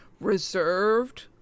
reserved